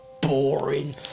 boring